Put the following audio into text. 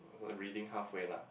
r~ reading halfway lah